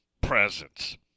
presence